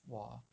!wah!